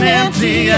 empty